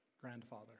grandfather